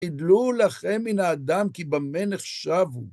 חדלו לכם מן האדם כי במה נחשב הוא.